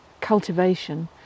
cultivation